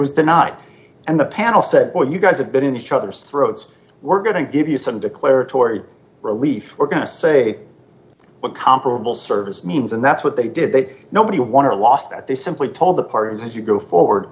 was the naacp and the panel said well you guys have been in each other's throats we're going to give you some declaratory relief we're going to say but comparable service means and that's what they did that nobody won or lost that they simply told the parties as you go forward